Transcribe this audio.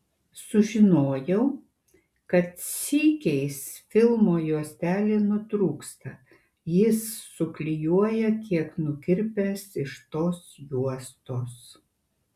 sužinojau kad sykiais filmo juostelė nutrūksta jis suklijuoja kiek nukirpęs iš tos juostos